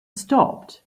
stopped